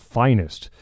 finest